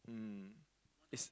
um it's